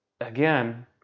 again